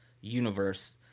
universe